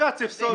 שבג"ץ יפסול.